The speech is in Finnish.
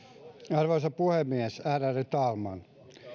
arvoisa puhemies ärade talman